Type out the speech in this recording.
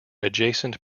adjacent